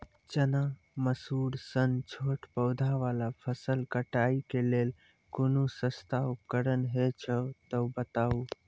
चना, मसूर सन छोट पौधा वाला फसल कटाई के लेल कूनू सस्ता उपकरण हे छै तऽ बताऊ?